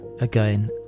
again